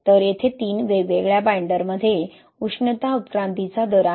तर येथे 3 वेगवेगळ्या बाइंडरमध्ये उष्णता उत्क्रांतीचा दर आहे